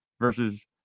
versus